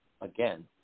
again